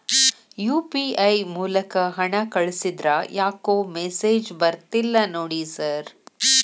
UPI ಮೂಲಕ ಹಣ ಕಳಿಸಿದ್ರ ಯಾಕೋ ಮೆಸೇಜ್ ಬರ್ತಿಲ್ಲ ನೋಡಿ ಸರ್?